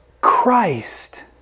Christ